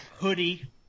hoodie